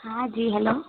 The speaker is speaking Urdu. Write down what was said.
ہاں جی جی ہیلو